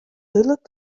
dúdlik